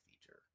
feature